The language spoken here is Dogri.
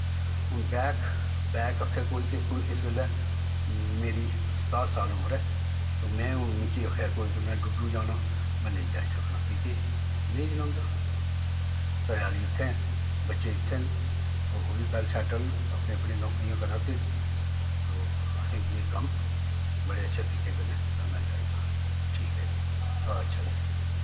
हून बैक बैक आक्खै कोई के हून इस बेल्लै मेरी सताह्ठ साल उमर ऐ तो में हून मिगी आक्खै कोई के में डुड्डू जाना में नेईं जाई सकनां कि के नेईं जनोंदा घरै आह्ली इत्थें ऐ बच्चे इत्थें न ओह् बी वैल्ल सैट्ट न अपने अपने नौकरियां करा दे न तो असेंगी कम्म बड़े अच्छे तरीके कन्नै करना चाहिदा ठीक ऐ जी अच्छा जी